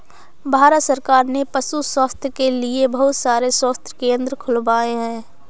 भारत सरकार ने पशु स्वास्थ्य के लिए बहुत सारे स्वास्थ्य केंद्र खुलवाए हैं